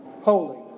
holy